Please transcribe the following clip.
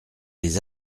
les